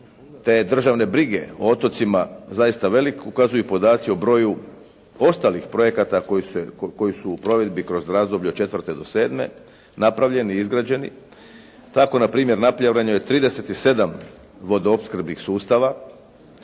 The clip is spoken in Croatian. te državne brige o otocima zaista velik, ukazuju podaci o broju ostalih projekata koji su u provedbi kroz razdoblje 2004. do 2007. napravljeni, izgrađeni. Tako npr. napravljeno je 37 vodoopskrbnih sustava,